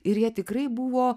ir jie tikrai buvo